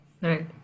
right